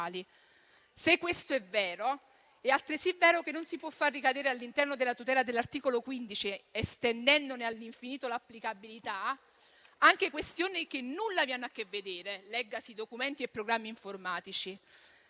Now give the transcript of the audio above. Se questo è vero, è altresì vero che non si può far ricadere all'interno della tutela dell'articolo 15, estendendone all'infinito l'applicabilità, anche questioni che nulla vi hanno a che vedere: leggasi i documenti e i programmi informatici.